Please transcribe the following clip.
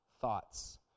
thoughts